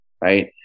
Right